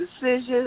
decisions